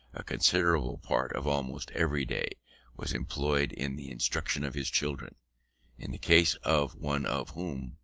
a considerable part of almost every day was employed in the instruction of his children in the case of one of whom,